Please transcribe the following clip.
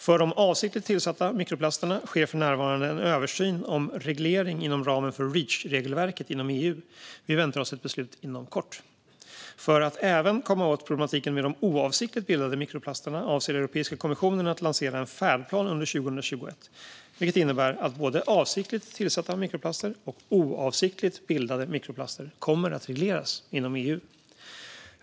För de avsiktligt tillsatta mikroplasterna sker för närvarande en översyn om reglering inom ramen för Reachregelverket inom EU. Vi väntar oss ett beslut inom kort. För att även komma åt problematiken med de oavsiktligt bildade mikroplasterna avser Europeiska kommissionen att lansera en färdplan under 2021, vilket innebär att både avsiktligt tillsatta mikroplaster och oavsiktligt bildade mikroplaster kommer att regleras inom EU.